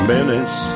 Minutes